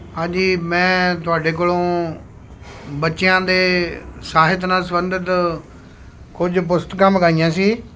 ਹਾਂਜੀ ਮੈਂ ਤੁਹਾਡੇ ਕੋਲੋਂ ਬੱਚਿਆਂ ਦੇ ਸਾਹਿਤ ਨਾਲ਼ ਸੰਬੰਧਿਤ ਕੁਝ ਪੁਸਤਕਾਂ ਮੰਗਵਾਈਆਂ ਸੀ